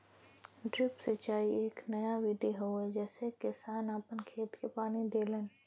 drip सिंचाई एक नया विधि हवे जेसे किसान आपन खेत के पानी देलन